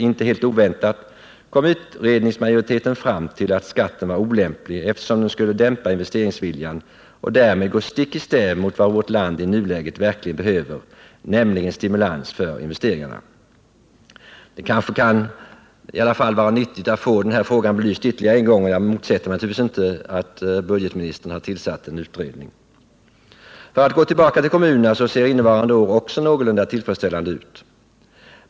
Inte helt oväntat kom utredningsmajoriteten fram till att skatten var olämplig, eftersom den skulle dämpa investeringsviljan och därmed gå stick i stäv mot vad vårt land i nuläget verkligen behöver, nämligen stimulans för investeringarna. Det kan kanske ändå vara nyttigt att få den här frågan belyst ännu en gång, och jag motsätter mig naturligtvis inte att budgetministern har tillsatt en utredning. För att gå tillbaka till kommunerna så ser också innevarande år någorlunda tillfredsställande ut.